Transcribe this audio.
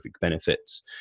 benefits